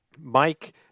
Mike